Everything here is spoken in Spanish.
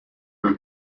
del